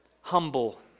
humble